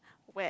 when